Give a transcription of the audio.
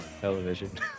television